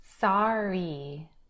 sorry